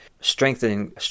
strengthening